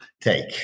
take